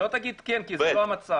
היא לא תגיד כן כי זה לא המצב.